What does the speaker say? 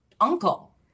uncle